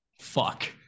Fuck